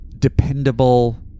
dependable